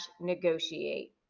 negotiate